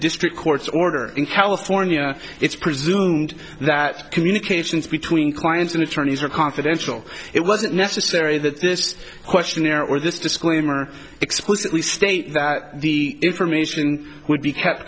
district court's order in california it's presumed that communications between clients and attorneys are confidential it wasn't necessary that this questionnaire or this disclaimer explicitly state that the information would be kept